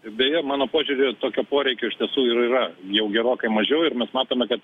beje mano požiūriu tokio poreikio iš tiesų ir yra jau gerokai mažiau ir mes matome kad